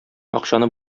акчаны